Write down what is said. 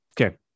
Okay